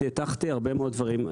את הטחת הרבה מאוד דברים,